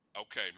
Okay